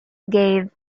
gave